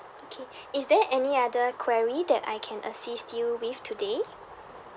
okay is there any other query that I can assist you with today